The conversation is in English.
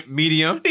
medium